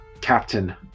captain